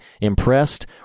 impressed